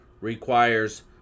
requires